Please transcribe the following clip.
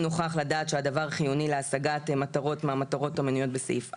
נוכח לדעת שהדבר חיוני להשגת מטרות מהמטרות המנויות בסעיף (א).